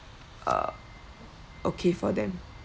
uh okay for them